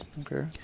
okay